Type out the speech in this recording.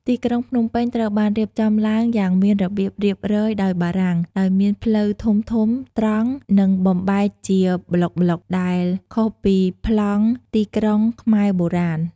ទីក្រុងភ្នំពេញត្រូវបានរៀបចំឡើងយ៉ាងមានរបៀបរៀបរយដោយបារាំង ដោយមានផ្លូវធំៗត្រង់ និងបំបែកជាប្លុកៗ ដែលខុសពីប្លង់ទីក្រុងខ្មែរបុរាណ។